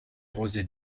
rosées